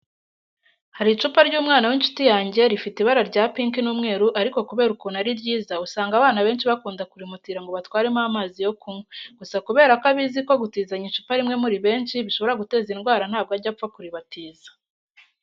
Hari icupa ry'umwana w'inshuti yange rifite ibara rya pinki n'umweru ariko kubera ukuntu ari ryiza usanga abana benshi bakunda kurimutira ngo batwaremo amazi yo kunywa, gusa kubera ko abizi ko gutizanya icupa rimwe muri benshi bishobora guteza indwara ntabwo ajya apfa kuribatiza.